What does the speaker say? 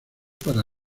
para